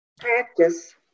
practice